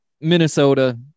minnesota